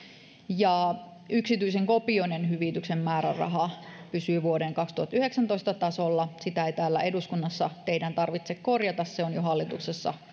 ja yksityisen kopioinnin hyvityksen määräraha pysyy vuoden kaksituhattayhdeksäntoista tasolla sitä ei täällä eduskunnassa teidän tarvitse korjata se on jo hallituksessa